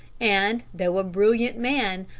and, though a brilliant man,